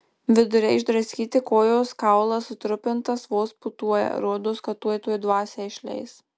viduriai išdraskyti kojos kaulas sutrupintas vos pūtuoja rodos tuoj tuoj dvasią išleis